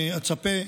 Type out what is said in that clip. אני אצפה,